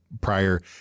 prior